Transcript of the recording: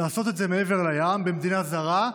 לעשות את זה מעבר לים, במדינה זרה,